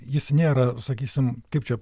jis nėra sakysim kaip čia